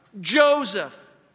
Joseph